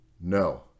No